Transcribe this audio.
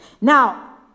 Now